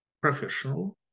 professional